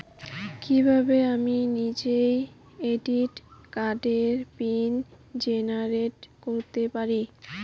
কিভাবে আমি নিজেই ডেবিট কার্ডের পিন জেনারেট করতে পারি?